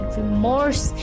remorse